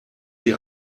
sie